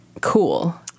cool